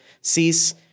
Cease